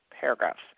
paragraphs